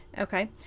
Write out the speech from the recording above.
okay